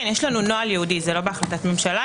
כן, יש לנו נוהל ייעודי, זה לא בהחלטת הממשלה.